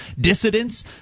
Dissidents